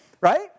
right